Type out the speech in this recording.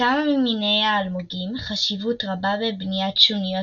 לכמה ממיני האלמוגים חשיבות רבה בבניית שוניות